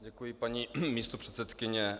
Děkuji, paní místopředsedkyně.